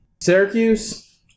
Syracuse